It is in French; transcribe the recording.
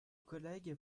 collègues